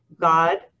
god